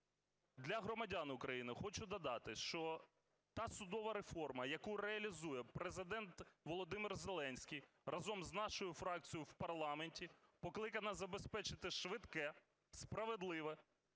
Для громадян України хочу додати, що та судова реформа, яку реалізує Президент Володимир Зеленський разом з нашою фракцією в парламенті, покликана забезпечити швидке справедливе